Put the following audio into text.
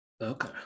Okay